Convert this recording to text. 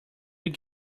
will